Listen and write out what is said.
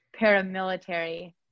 paramilitary